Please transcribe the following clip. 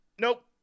Nope